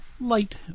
light